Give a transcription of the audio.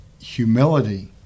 humility